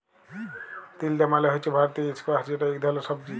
তিলডা মালে হছে ভারতীয় ইস্কয়াশ যেট ইক ধরলের সবজি